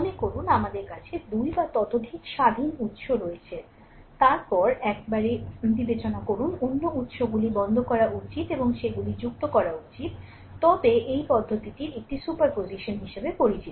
মনে করুন আমাদের কাছে 2 বা ততোধিক স্বাধীন উত্স রয়েছে তারপরে একবারে বিবেচনা করুন অন্য উত্সগুলি বন্ধ করা উচিত এবং সেগুলি যুক্ত করা উচিত তবে এই পদ্ধতির একটি সুপার পজিশন হিসাবে পরিচিত